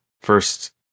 first